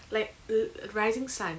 like uh rising sun